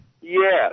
Yes